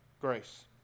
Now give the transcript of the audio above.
grace